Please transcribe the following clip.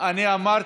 אני אמרתי,